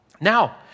Now